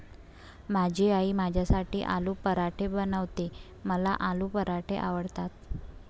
माझी आई माझ्यासाठी आलू पराठे बनवते, मला आलू पराठे आवडतात